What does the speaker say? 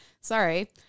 Sorry